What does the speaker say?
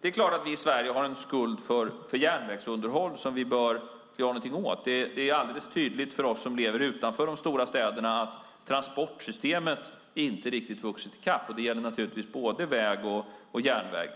Det är klart att vi i Sverige har en skuld för järnvägsunderhåll som vi bör göra någonting åt. Det är alldeles tydligt för oss som lever utanför de stora städerna att transportsystemet inte riktigt vuxit i kapp. Det gäller naturligtvis både väg och järnväg.